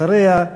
אחריה,